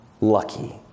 lucky